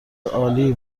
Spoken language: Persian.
عالی